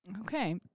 Okay